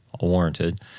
warranted